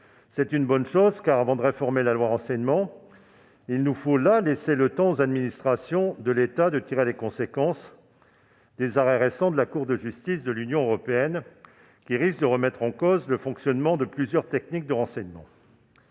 C'est une bonne chose, car, avant de réformer la loi Renseignement, il nous faut laisser aux administrations de l'État le temps de tirer les conséquences des récents arrêts de la Cour de justice de l'Union européenne, qui risquent de remettre en cause le fonctionnement de plusieurs techniques de renseignement.